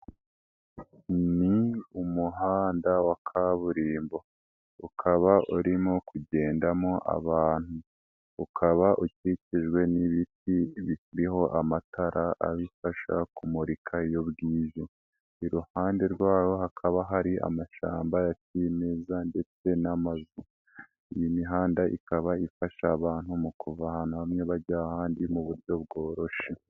Ni umuhanda wa kaburimbo, ukaba urimo kugendamo abantu, ukaba ukikijwe n'ibiti biriho amatara abifasha kumurika iyo bwije, iruhande rw'aho hakaba hari amashamba ya kimeza ndetse n'inzu, iyi mihanda ikaba ifasha abantu mu kuva ahantu hamwe bajya ahandi mu buryo bworoshye.